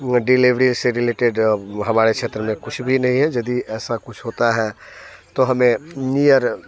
delivery से related वो हमारे क्षेत्र में कुछ भी नहीं है यदि ऐसा कुछ होता है तो हमें नियर